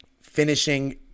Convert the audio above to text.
Finishing